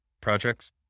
projects